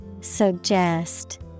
Suggest